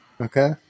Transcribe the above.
Okay